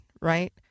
right